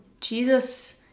Jesus